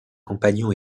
compagnons